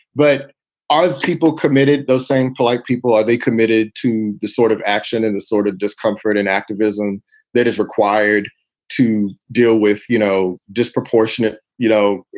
but are people committed, those same polite people, are they committed to the sort of action and the sort of discomfort and activism that is required to deal with, you know, disproportionate, you know,